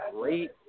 great